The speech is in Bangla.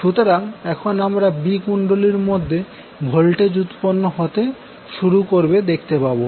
সুতরাং এখন আমরা B কুণ্ডলীর মধ্যে ভোল্টেজ উৎপন্ন হতে শুরু করবে দেখতে পাবো